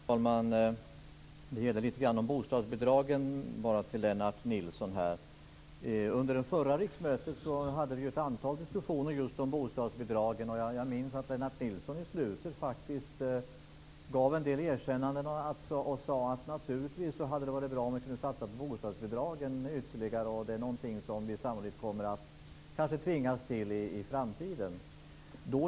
Herr talman! Jag vill ta upp lite grann om bostadsbidragen med Lennart Nilsson. Under förra riksmötet hade vi ett antal diskussioner om just bostadsbidragen. Jag minns att Lennart Nilsson i slutet gav en del erkännanden. Han sade att det naturligtvis hade varit bra om vi hade kunnat satsa ytterligare på bostadsbidragen och att det är någonting som vi sannolikt kommer att tvingas till i framtiden.